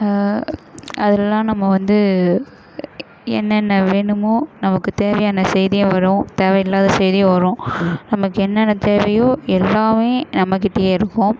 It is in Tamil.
அதுலெலாம் நம்ம வந்து என்னென்ன வேணுமோ நமக்கு தேவையான செய்தியும் வரும் தேவையில்லாத செய்தியும் வரும் நமக்கு என்னென்ன தேவையோ எல்லாமே நம்மக்கிட்டயே இருக்கும்